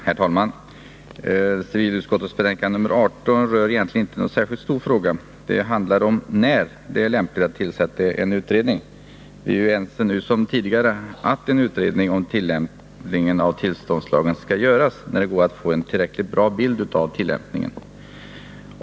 Herr talman! Civilutskottets betänkande nr 18 rör inte någon stor fråga. Det handlar om när det är lämpligt att tillsätta en utredning — vi är ense nu som tidigare om att en utredning om tillämpningen av tillståndslagen skall göras när det går att få en tillräckligt bra bild av tillämpningen.